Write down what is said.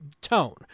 Tone